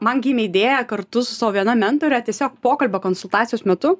man gimė idėja kartu su savo viena mentore tiesiog pokalbio konsultacijos metu